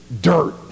dirt